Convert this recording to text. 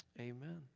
Amen